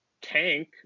tank